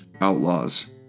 outlaws